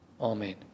Amen